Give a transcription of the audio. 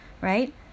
right